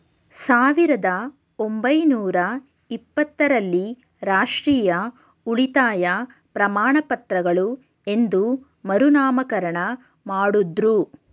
ಸಾವಿರದ ಒಂಬೈನೂರ ಇಪ್ಪತ್ತ ರಲ್ಲಿ ರಾಷ್ಟ್ರೀಯ ಉಳಿತಾಯ ಪ್ರಮಾಣಪತ್ರಗಳು ಎಂದು ಮರುನಾಮಕರಣ ಮಾಡುದ್ರು